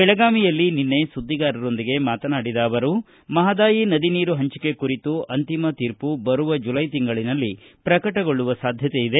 ಬೆಳಗಾವಿಯಲ್ಲಿ ನಿನ್ನೆ ಸುದ್ವಿಗಾರರೊಂದಿಗೆ ಮಾತನಾಡಿದ ಅವರು ಮಹಾದಾಯಿ ನದಿ ನೀರು ಹಂಚಿಕೆ ಕುರಿತು ಅಂತಿಮ ತೀರ್ಪು ಬರುವ ಜುಲೈ ತಿಂಗಳನಲ್ಲಿ ಪ್ರಕಟಗೊಳ್ಳುವ ಸಾಧ್ಯತೆ ಇದೆ